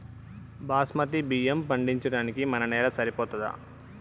బాస్మతి బియ్యం పండించడానికి మన నేల సరిపోతదా?